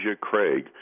Craig